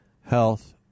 health